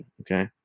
okay